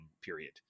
period